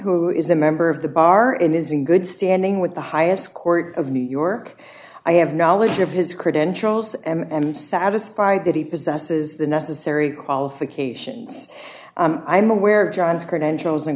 who is a member of the bar and is in good standing with the highest court of new york i have knowledge of his credentials and satisfied that he possesses the necessary qualifications i'm aware john's credentials